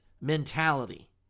mentality